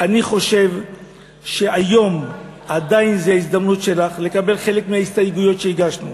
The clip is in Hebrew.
אני חושב שהיום עדיין זה ההזדמנות שלך לקבל חלק מההסתייגויות שהגשנו,